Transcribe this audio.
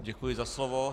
Děkuji za slovo.